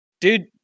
Dude